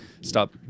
stop